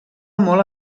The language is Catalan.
molt